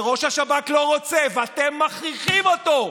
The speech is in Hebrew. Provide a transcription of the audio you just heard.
וראש השב"כ לא רוצה, ואתם מכריחים אותו,